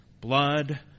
blood